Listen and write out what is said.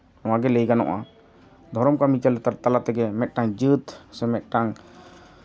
ᱱᱚᱣᱟᱜᱮ ᱞᱟᱹᱭ ᱜᱟᱱᱚᱜᱼᱟ ᱫᱷᱚᱨᱚᱢ ᱠᱟᱹᱢᱤ ᱛᱟᱞᱟ ᱛᱮᱜᱮ ᱢᱤᱫᱴᱟᱱ ᱡᱟᱹᱛ ᱥᱮ ᱢᱤᱫᱴᱟᱱ